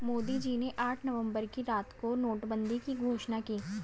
मोदी जी ने आठ नवंबर की रात को नोटबंदी की घोषणा की